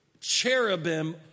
cherubim